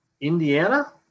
Indiana